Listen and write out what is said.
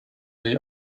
they